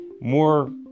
more